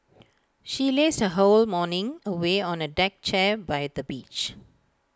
she lazed her whole morning away on A deck chair by the beach